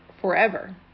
forever